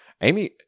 Amy